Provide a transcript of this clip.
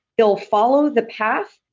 they'll follow the path,